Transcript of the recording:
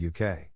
uk